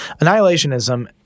Annihilationism—